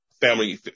family